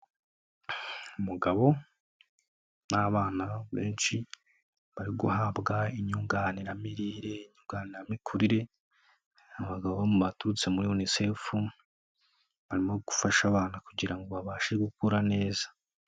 Umugabo n'abana benshi bari guhabwa inyunganiramirire, inyunganiramikurire, abagabo baturutse muri UNICEF barimo gufasha abana kugira ngo babashe gukura neza.